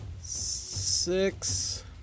six